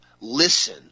listen